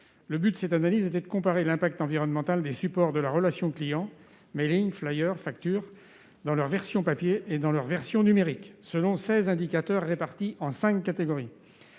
Le but de cette analyse était de comparer l'impact environnemental des supports de la relation client- mailing, flyer, facture ... -dans leur version papier et dans leur version numérique, selon seize indicateurs répartis en cinq catégories